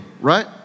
right